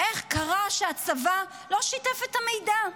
איך קרה שהצבא לא שיתף את המידע?